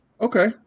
Okay